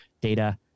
data